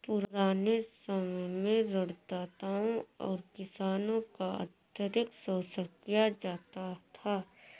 पुराने समय में ऋणदाताओं द्वारा किसानों का अत्यधिक शोषण किया जाता था